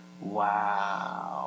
Wow